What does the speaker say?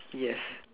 yes